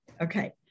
Okay